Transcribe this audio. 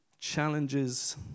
challenges